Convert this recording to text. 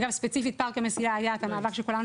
אגב ספציפית פארק המסילה היה את המאבק שכולנו